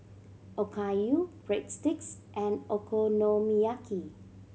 Okayu Breadsticks and Okonomiyaki